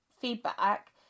feedback